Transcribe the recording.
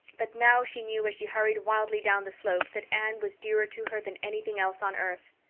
but now she knew as she hurried wildly down the slope that anne was dearer to her than anything else on earth.